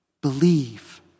Believe